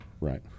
Right